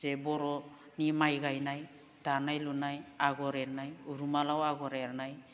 जे बर'नि माइ गायनाय दानाय लुनाय आगर एरनाय रुमालाव आगर एरनाय